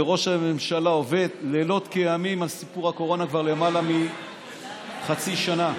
וראש הממשלה עובד לילות כימים על סיפור הקורונה כבר למעלה מחצי שנה.